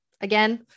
again